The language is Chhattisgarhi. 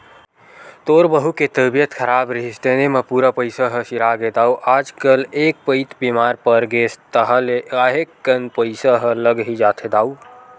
तोर बहू के तबीयत खराब रिहिस तेने म पूरा पइसा ह सिरागे दाऊ आजकल एक पइत बेमार परगेस ताहले काहेक कन पइसा ह लग ही जाथे दाऊ